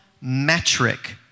metric